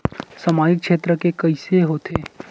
सामजिक क्षेत्र के कइसे होथे?